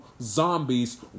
zombies